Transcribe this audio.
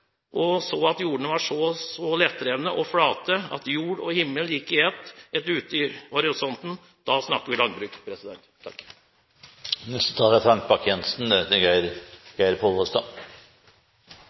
og så at jordene var så lettdrevne og flate, at jord og himmel gikk i ett ute i horisonten – da snakker vi landbruk!